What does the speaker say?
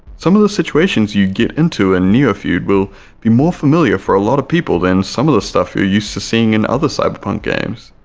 some of the situations you get into a neofeud will be more familiar for a lot of people than some of the stuff you're used to seeing in other cyberpunk games,